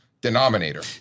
denominator